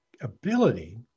ability